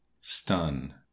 Stun